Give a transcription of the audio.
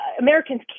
Americans